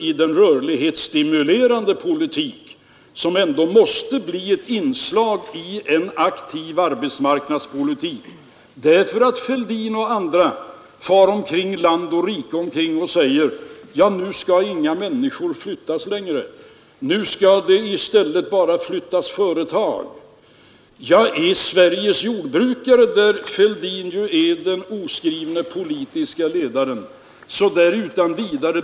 I princip fungerar den dock på det sättet. Om man tar en låginkomsttagare med 15 000—20 000 kronor eller någon annan som har 40 000-50 000 kronor, blir marginalskatten för dem inte densamma. Vill man då lindra marginalskatten, måste man i stället skaffa in pengarna på andra vägar.